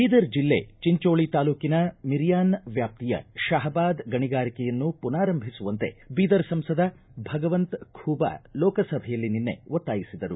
ಬೀದರ್ ಜಿಲ್ಲೆ ಚಿಂಜೋಳ ತಾಲೂಕಿನ ಮಿರಿಯಾನ್ ವ್ಯಾಪ್ತಿಯ ಶಹಾಬಾದ್ ಗಣಿಗಾರಿಕೆಯನ್ನು ಪುನಾರಂಭಿಸುವಂತೆ ಬೀದರ ಸಂಸದ ಭಗವಂತ ಖೂಬಾ ಲೋಕಸಭೆಯಲ್ಲಿ ನಿನ್ನೆ ಒತ್ತಾಯಿಸಿದರು